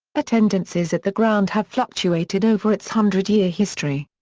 attendances at the ground have fluctuated over its hundred-year history.